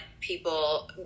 people